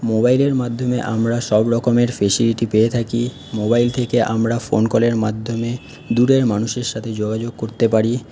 মোবাইলের মাধ্যমে আমরা সবরকমের ফেসিলিটি পেয়ে থাকি মোবাইল থেকে আমরা ফোন কলের মাধ্যমে দূরের মানুষের সাথে যোগাযোগ করতে পারি